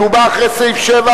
שבא אחרי 7,